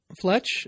Fletch